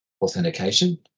authentication